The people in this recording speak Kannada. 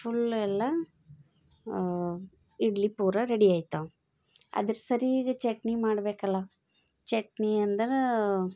ಫುಲ್ಲು ಎಲ್ಲ ಇಡ್ಲಿ ಪೂರ ರೆಡಿ ಆಯ್ತವ ಅದ್ರ ಸರೀಗೆ ಚಟ್ನಿ ಮಾಡಬೇಕಲ್ಲ ಚಟ್ನಿ ಅಂದರೆ